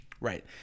right